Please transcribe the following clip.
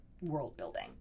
world-building